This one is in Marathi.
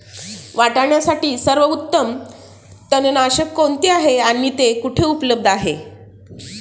वाटाण्यासाठी सर्वोत्तम तणनाशक कोणते आहे आणि ते कुठे उपलब्ध आहे?